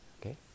Okay